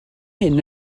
hyn